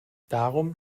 darum